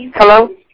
Hello